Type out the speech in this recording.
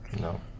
no